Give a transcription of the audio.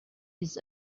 his